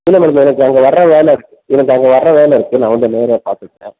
இல்லை மேடம் எனக்கு அங்கே வர்ற வேலை இருக்குது எனக்கு அங்கே வர்ற வேலை இருக்குது நான் வந்து நேராக பார்த்துக்குறேன்